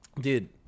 dude